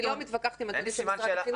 אני לא מתווכחת עם הנתונים של משרד החינוך.